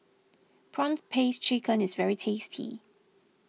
Prawn Paste Chicken is very tasty